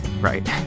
Right